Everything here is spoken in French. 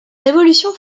révolution